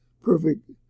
perfect